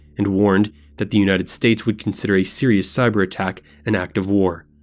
and warned that the united states would consider a serious cyber attack an act of war.